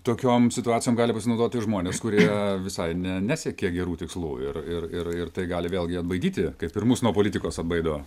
tokiom situacijom gali pasinaudoti žmonės kurie visai ne nesiekia gerų tikslų ir ir ir ir tai gali vėlgi atbaidyti kaip ir mus nuo politikos atbaido